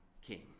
king